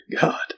God